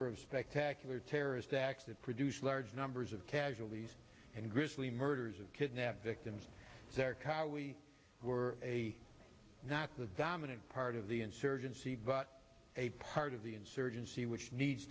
spectacular terrorist acts that produced large numbers of casualties and grisly murders of kidnap victims their car we were a not the dominant part of the insurgency but a part of the insurgency which needs